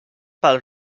pel